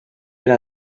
been